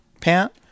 pant